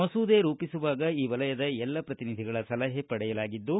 ಮಸೂದೆ ರೂಪಿಸುವಾಗ ಈ ವಲಯದ ಎಲ್ಲ ಪ್ರತಿನಿಧಿಗಳ ಸಲಹೆ ಪಡೆಯಲಾಗಿದ್ದು